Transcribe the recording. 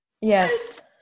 Yes